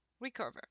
recover